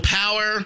power